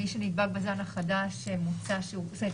מי שנדבק בזן החדש, מוצע שהוא יוצא.